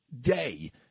day